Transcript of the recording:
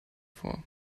vor